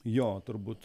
jo turbūt